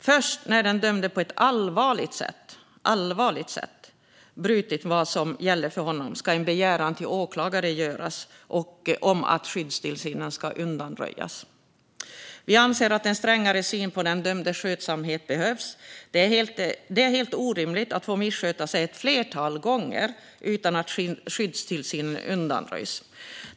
Först när den dömde på ett allvarligt sätt brutit mot vad som gäller för honom ska en begäran till åklagare göras om att skyddstillsynen ska undanröjas. Vi anser att en strängare syn på den dömdes skötsamhet behövs. Det är helt orimligt att man ska få missköta sig ett flertal gånger utan att skyddstillsynen undanröjs.